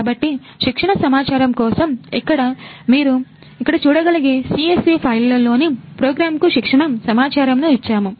కాబట్టి శిక్షణ సమాచారము కోసం ఇక్కడ మీరు ఇక్కడ చూడగలిగే CSV ఫైల్లోని ప్రోగ్రామ్కు శిక్షణ సమాచారమును ఇచ్చాము